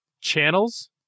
channels